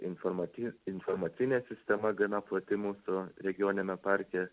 informatyv informacinė sistema gana plati mūsų regioniniame parke